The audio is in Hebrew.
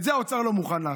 את זה האוצר לא מוכן לעשות.